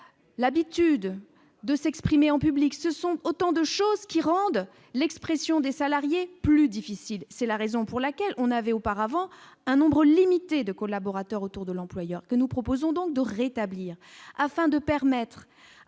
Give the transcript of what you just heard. l'habitude de s'exprimer en public, ce sont autant de choses qui rendent l'expression des salariés plus difficile, c'est la raison pour laquelle on avait auparavant un nombre limité de collaborateurs, autour de l'employeur que nous proposons donc de rétablir, afin de permettre à